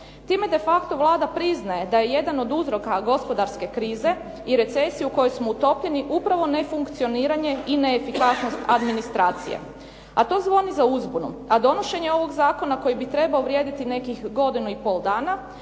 Time de facto Vlada priznaje da je jedan od uzroka gospodarske krize i recesije u kojoj smo utopljeni upravo nefunkcioniranje i neefikasnost administracije, a to zvoni za uzbunom. A donošenje ovog zakona koji bi trebao vrijediti nekih godinu i pol dana,